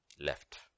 left